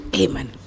Amen